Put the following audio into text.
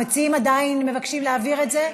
המציעים עדיין מבקשים להעביר את זה?